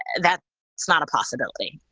that it's not a possibility